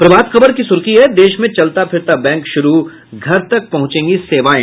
प्रभात खबर की सुर्खी है देश में चलता फिरता बैंक शुरू घर तक पहुंचेंगी सेवाएं